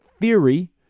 theory